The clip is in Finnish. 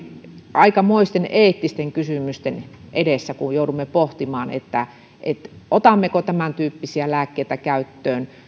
aikamoisten eettisten kysymysten edessä kun kun joudumme pohtimaan otammeko tämäntyyppisiä lääkkeitä käyttöön